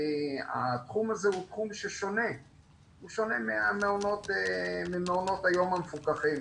התחום הזה הוא שונה ממעונות היום המפוקחים,